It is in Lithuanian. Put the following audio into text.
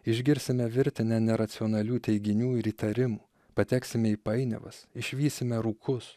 išgirsime virtinę neracionalių teiginių ir įtarimų pateksime į painiavas išvysime rūkus